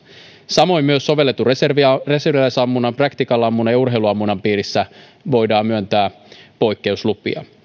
samoin myös sovelletun reserviläisammunnan practical ammunnan ja urheiluammunnan piirissä voidaan myöntää poikkeuslupia